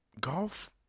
golf